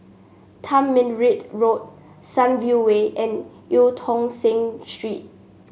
Tamarind Road Sunview Way and Eu Tong Sen Street